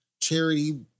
charity